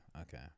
okay